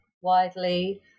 widely